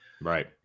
Right